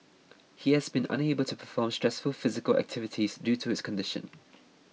he has been unable to perform stressful physical activities due to his condition